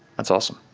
that's awesome.